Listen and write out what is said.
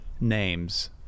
names